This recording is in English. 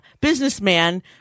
businessman